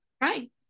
right